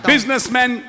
Businessmen